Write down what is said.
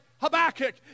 Habakkuk